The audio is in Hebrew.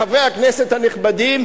חברי הכנסת הנכבדים,